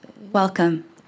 Welcome